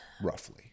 Roughly